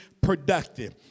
productive